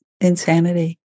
insanity